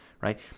right